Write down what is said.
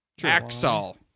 Axol